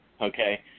okay